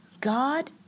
God